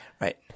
Right